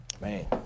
Man